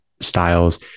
styles